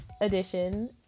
edition